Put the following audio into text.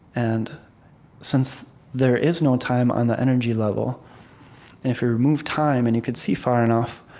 and since there is no time on the energy level, and if you remove time and you could see far enough,